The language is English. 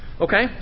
Okay